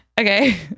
Okay